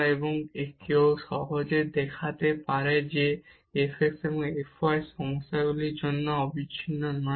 এবং কেউ সহজেই দেখাতে পারে যে f x এবং f y এই সমস্যাটির জন্য অবিচ্ছিন্ন নয়